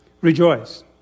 Rejoice